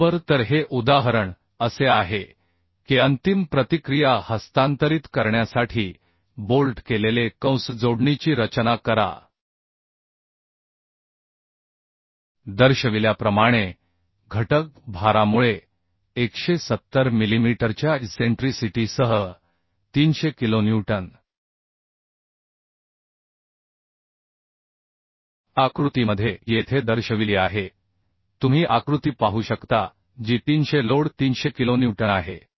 बरोबर तर हे उदाहरण असे आहे की अंतिम प्रतिक्रिया हस्तांतरित करण्यासाठी बोल्ट केलेले कंस जोडणीची रचना करा दर्शविल्याप्रमाणे घटक भारामुळे 170 मिलीमीटरच्या इसेंट्रीसिटी सह 300 किलोन्यूटन आकृतीमध्ये येथे दर्शविली आहे तुम्ही आकृती पाहू शकता जी 300 लोड 300 किलोन्यूटन आहे